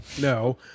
no